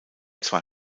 zwar